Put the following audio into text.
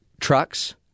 trucks